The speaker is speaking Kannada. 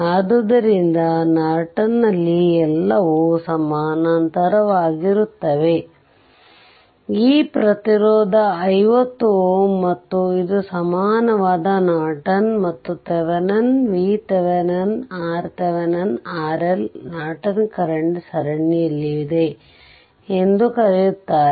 ಆದ್ದರಿಂದ ನಾರ್ಟನ್ನಲ್ಲಿ ಎಲ್ಲವೂ ಸಮಾನಾಂತರವಾಗಿರುತ್ತವೆ ಈ ಪ್ರತಿರೋಧ 50 Ω ಮತ್ತು ಇದು ಸಮಾನವಾದ ನಾರ್ಟನ್ ಮತ್ತು Thevenin V Thevenin R Thevenin R L Norton current ಸರಣಿಯಲ್ಲಿದೆ ಎಂದು ಕರೆಯುತ್ತಾರೆ